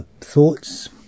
Thoughts